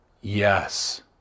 Yes